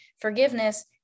forgiveness